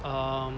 um